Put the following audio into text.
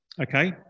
Okay